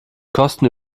kosten